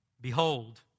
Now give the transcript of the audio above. Behold